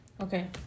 Okay